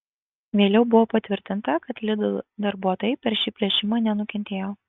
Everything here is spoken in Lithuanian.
vėliau buvo patvirtinta kad lidl darbuotojai per šį plėšimą nenukentėjo